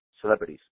celebrities